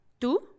Tu